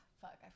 Fuck